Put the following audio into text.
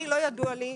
אני לא ידוע לפי,